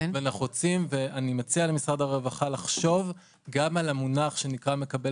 אני מציע למשרד הרווחה לחשוב גם על המונח "מקבל